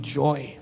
joy